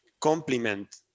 complement